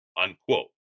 Unquote